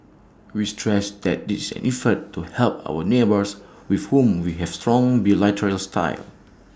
we stress that this any effort to help our neighbours with whom we have strong bilateral ties